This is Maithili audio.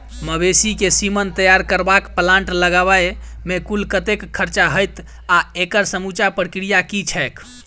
मवेसी केँ सीमन तैयार करबाक प्लांट लगाबै मे कुल कतेक खर्चा हएत आ एकड़ समूचा प्रक्रिया की छैक?